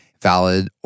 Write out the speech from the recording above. valid